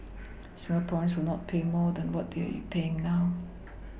Singaporeans will not pay more than what they're paying now